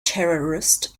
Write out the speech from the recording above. terrorist